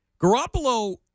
Garoppolo